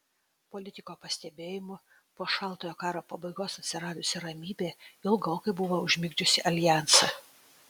politiko pastebėjimu po šaltojo karo pabaigos atsiradusi ramybė ilgokai buvo užmigdžiusi aljansą